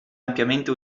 ampiamente